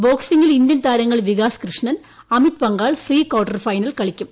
ബോക്സിംഗിൽ Indian താരങ്ങൾ Vikas Krishnan Amit Panghal pre quarter final കളിക്കും